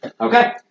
Okay